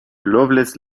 loveless